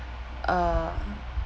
uh